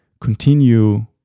continue